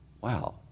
Wow